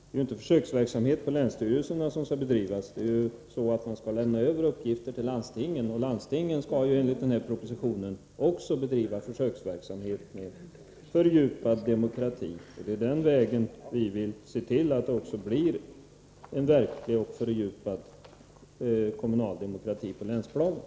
Det är inte på länsstyrelserna som försöksverksamhet skall bedrivas, utan man skall lämna över uppgifter till landstingen. Även landstingen skall ju enligt den här propositionen bedriva försöksverksamhet med fördjupad demokrati. Det är den vägen vi vill se till att det blir en verklig och fördjupad kommunal demokrati också på länsplanet.